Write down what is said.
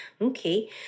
Okay